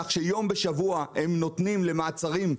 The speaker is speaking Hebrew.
כך שיום בשבוע הם נותנים למעצרים.